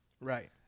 Right